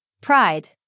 Pride